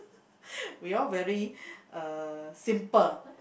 we all very uh simple